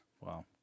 Wow